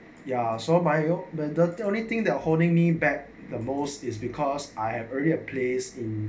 ya so bio the only thing that holding me back the most is because I have earlier plays in